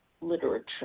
literature